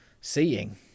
seeing